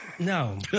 No